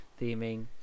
theming